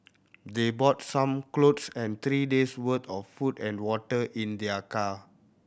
they brought some cloth and three day's worth of food and water in their car